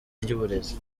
ry’uburezi